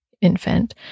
infant